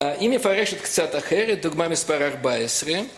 היא מפרשת קצת אחרת, דוגמא מספר 14